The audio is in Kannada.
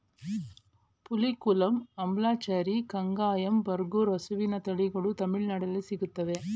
ಪುಲಿಕುಲಂ, ಅಂಬ್ಲಚೇರಿ, ಕಂಗಾಯಂ, ಬರಗೂರು ಹಸುವಿನ ತಳಿಗಳು ತಮಿಳುನಾಡಲ್ಲಿ ಸಿಗುತ್ತವೆ